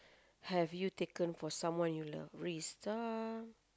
have you taken for someone you love risk uh